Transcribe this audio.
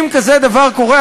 אם כזה דבר קורה,